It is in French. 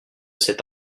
cet